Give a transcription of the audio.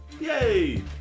Yay